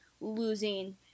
losing